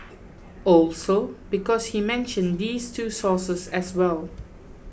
also because he mentioned these two sources as well